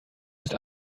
ist